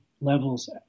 levels